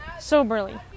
soberly